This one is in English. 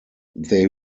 they